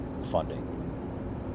funding